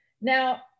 Now